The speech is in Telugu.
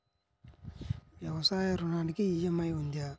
వ్యవసాయ ఋణానికి ఈ.ఎం.ఐ ఉందా?